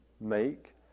make